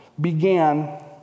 began